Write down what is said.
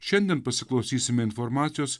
šiandien pasiklausysime informacijos